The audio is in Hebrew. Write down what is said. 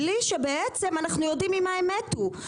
בלי שבעצם אנחנו יודעים ממה הם מתו,